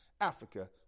Africa